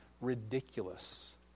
ridiculous